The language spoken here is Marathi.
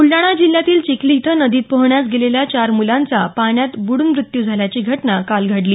ब्लडाणा जिल्हयातील चिखली इथं नदीत पोहोण्यास गेलेल्या चार मुलांचा पाण्यात बुडून मृत्यू झाल्याची घटना काल घडली